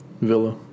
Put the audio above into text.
villa